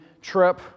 trip